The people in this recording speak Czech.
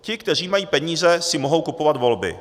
Ti, kteří mají peníze, si mohou kupovat volby.